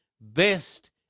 best